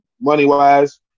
money-wise